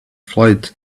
flight